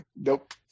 Nope